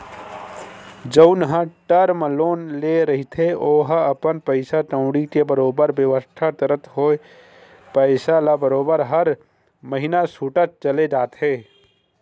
जउन ह term loan ले रहिथे ओहा अपन पइसा कउड़ी के बरोबर बेवस्था करत होय पइसा ल बरोबर हर महिना छूटत चले जाथे